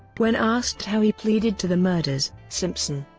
when asked how he pleaded to the murders, simpson,